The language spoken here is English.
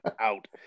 out